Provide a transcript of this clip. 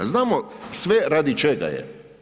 Znamo sve radi čega je.